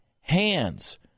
hands